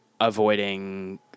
avoiding